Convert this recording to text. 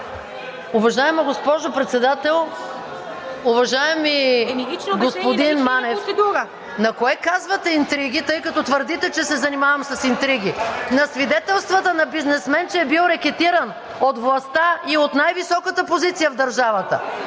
Уважаема госпожо Председател! Уважаеми господин Манев, на кое казвате „интриги“, тъй като твърдите, че се занимавам с интриги? На свидетелствата на бизнесмен, че е бил рекетиран от властта и от най-високата позиция в държавата?!